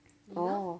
oh